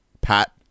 Pat